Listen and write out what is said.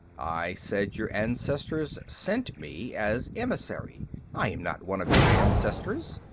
i said your ancestors sent me as emissary i am not one of your ancestors.